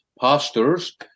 pastors